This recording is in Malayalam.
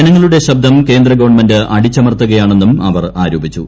ജനങ്ങളുടെ ശബ്ദം കേന്ദ്രഗവണ്മെന്റ് അടിച്ചമർത്തുകയാണെന്നും അവർ ആരോപിച്ചു